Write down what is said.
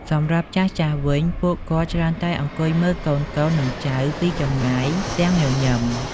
សម្រាប់ចាស់ៗវិញ ពួកគាត់ច្រើនតែអង្គុយមើលកូនៗ និងចៅពីចម្ងាយទាំងញញឹម។